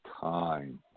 time